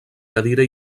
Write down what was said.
cadira